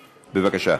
בבקשה.